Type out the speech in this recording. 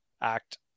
act